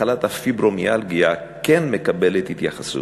מחלת הפיברומיאלגיה כן מקבלת התייחסות,